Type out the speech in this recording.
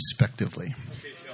respectively